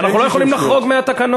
אנחנו לא יכולים לחרוג מהתקנון.